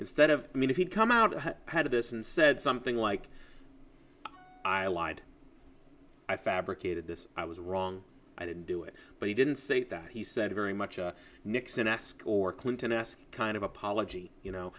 instead of i mean if you come out and had this and said something like i lied i fabricated this i was wrong i didn't do it but he didn't say that he said very much nixon asked or clinton esque kind of apology you know